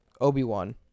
Obi-Wan